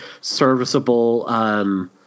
serviceable